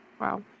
Wow